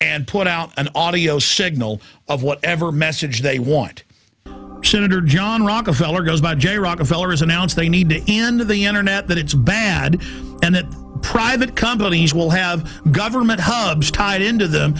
and put out an audio signal of whatever message they want senator john rockefeller goes by jay rockefeller is announce they need to end the internet that it's bad and that private companies will have government hubs tied into the